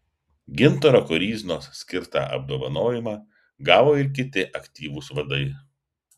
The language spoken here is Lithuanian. gintaro koryznos skirtą apdovanojimą gavo ir kiti aktyvūs vadai